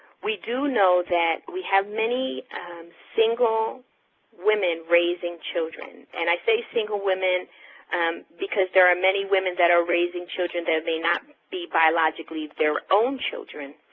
we do know that we have many single women raising children. and i say single women because there are many women that are raising children that may not be biologically their own children,